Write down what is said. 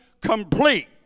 complete